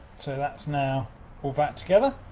so that's now all back together.